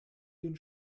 den